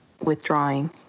withdrawing